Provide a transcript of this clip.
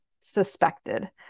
suspected